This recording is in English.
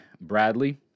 Bradley